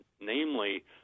namely